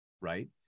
right